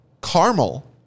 caramel